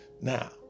now